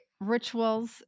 rituals